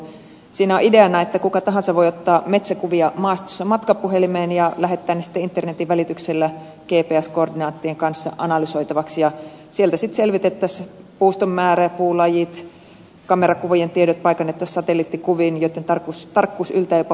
siinä on ideana että kuka tahansa voi ottaa metsäkuvia maastossa matkapuhelimeen ja lähettää ne sitten internetin välityksellä gps koordinaattien kanssa analysoitavaksi ja sieltä sitten selvitettäisiin puuston määrä ja puulajit kamerakuvien tiedot paikannettaisiin satelliittikuvin joitten tarkkuus yltää jopa puoleen metriin